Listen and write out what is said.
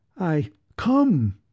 I—come